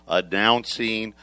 announcing